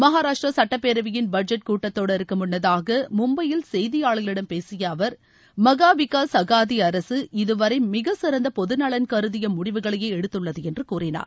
மகாராஷ்டிர சட்டப்பேரவையின் பட்ஜெட் கூட்டத் தொடருக்கு முன்னதாக மும்பையில் செய்தியாளர்களிடம் பேசிய அவர் மகா விகாஷ் அகாதி அரக இதுவரை மிக சிறந்த பொது நலன் கருதிய முடிவுகளையே எடுத்துள்ளது என்று கூறினார்